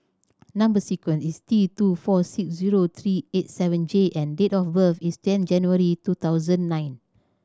number sequence is T two four six zero three eight seven J and date of birth is ten January two thousand nine